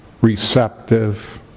receptive